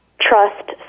trust